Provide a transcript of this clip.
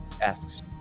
asks